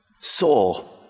soul